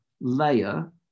layer